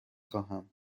خواهم